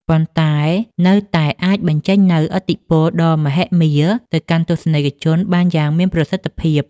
ប៉ុន្តែនៅតែអាចបញ្ចេញនូវឥទ្ធិពលដ៏មហិមាទៅកាន់ទស្សនិកជនបានយ៉ាងមានប្រសិទ្ធភាព។